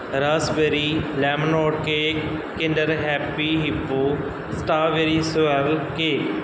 raspberry lemonade cake kinder happy hippo strawberry cake